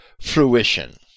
fruition